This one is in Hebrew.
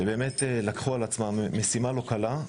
שלקחו על עצמן משימה לא קלה,